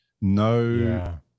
no